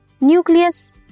nucleus